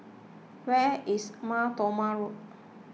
where is Mar Thoma Road